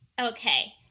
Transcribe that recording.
Okay